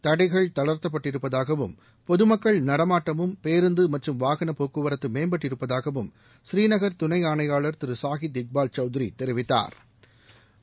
தடைகள் தளர்த்தப்பட்டிருப்பதாகவும் பொது மக்கள் நடமாட்டமும் பேருந்து மற்றும் வாகன போக்குவரத்து மேம்பட்டிருப்பதாகவும் ஸ்ரீநகர் துணை ஆணையாளர் திரு சாகீத் இக்பால் சவுத்திரி தெரிவித்தாா்